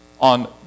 on